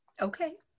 Okay